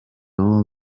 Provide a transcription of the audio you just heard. all